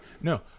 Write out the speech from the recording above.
No